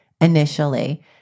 initially